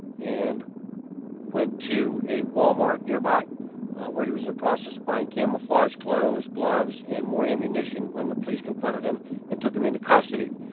and went to a wal-mart nearby where he was in the process of buying camouflage clothes, gloves and more ammunition when the police confronted him and took him into custody.